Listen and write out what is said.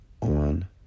on